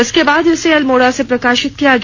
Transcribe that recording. इसके बाद इसे अल्मोड़ा से प्रकाशित किया गया